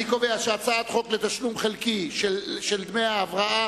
אני קובע שהצעת חוק לתשלום חלקי של דמי הבראה